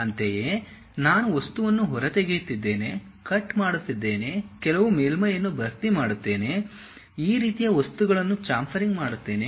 ಅಂತೆಯೇ ನಾನು ವಸ್ತುವನ್ನು ಹೊರತೆಗೆಯುತ್ತಿದ್ದೇನೆ ಕಟ್ ಮಾಡುತ್ತಿದ್ದೇನೆ ಕೆಲವು ಮೇಲ್ಮೈಯನ್ನು ಭರ್ತಿ ಮಾಡುತ್ತೇನೆ ಈ ರೀತಿಯ ವಸ್ತುಗಳನ್ನು ಚಾಂಫರಿಂಗ್ ಮಾಡುತ್ತೇನೆ